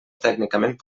tècnicament